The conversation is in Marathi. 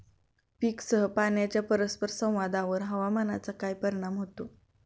पीकसह पाण्याच्या परस्पर संवादावर हवामानाचा काय परिणाम होतो?